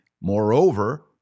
Moreover